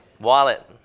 Wallet